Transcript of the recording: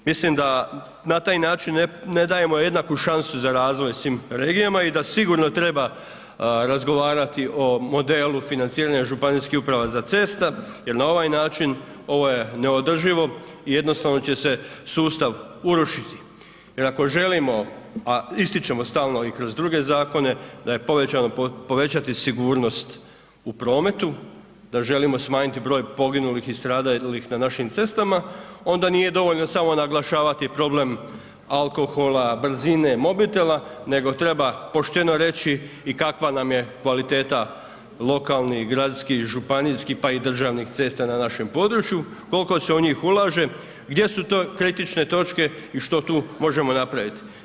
Mislim da na taj način ne dajemo jednaku šansu za razvoj svim regijama i da sigurno treba razgovarati o modelu financiranja županijskih uprava za ceste jer na ovaj način ovo je neodrživo i jednostavno će se sustav urušiti, jer ako želimo, a ističemo stalno i kroz druge zakone da je povećano, povećati sigurnost u prometu, da želimo smanjiti broj poginulih i stradalih na našim cestama, onda nije dovoljno samo naglašavati problem alkohola, brzine, mobitela, nego treba pošteno reći i kakva nam je kvaliteta lokalnih, gradskih, županijskih, pa i državnih cesta na našem području, kolko se u njih ulaže, gdje su to kritične točke i što tu možemo napravit.